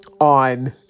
on